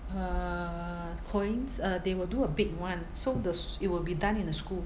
err coins~ uh they will do a big [one] so the it will be done in a school